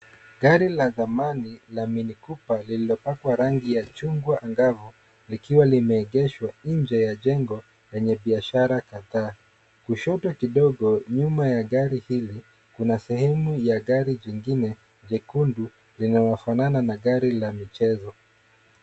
Gari la zamani la Mini Cooper lililopakwa rangi ya chungwa angavu likiwa limeegeshwa inje ya jengo lenye biashara kadhaa. Kushoto kidogo, nyuma ya gari hili kuna sehemu ya gari jingine jekundu linalofanana na gari la michezo.